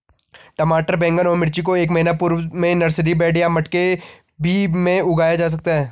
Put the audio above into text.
टमाटर बैगन और मिर्ची को एक महीना पूर्व में नर्सरी बेड या मटके भी में उगाया जा सकता है